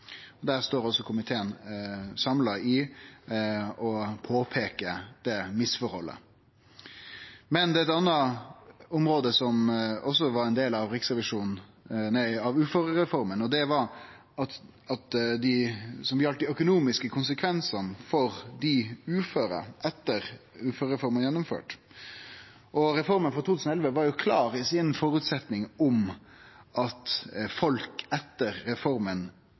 står samla om å peike på det misforholdet. Men eit anna område som òg var ein del av uførereforma, gjaldt dei økonomiske konsekvensane for dei uføre etter at uførereforma vart gjennomført. Reforma i 2011 hadde ein klar føresetnad om at folk etter reforma